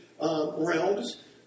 realms